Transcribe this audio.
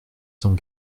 cents